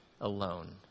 alone